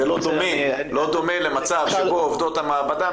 זה לא דומה למצב שבו עובדות המעבדה,